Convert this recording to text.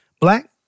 Black